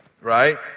Right